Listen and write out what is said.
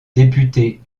député